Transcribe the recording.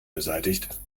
beseitigt